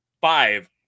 five